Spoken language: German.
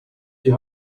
die